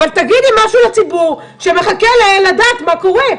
אבל תגידי משהו לציבור שמחכה לדעת מה קורה.